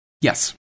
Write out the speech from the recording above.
Yes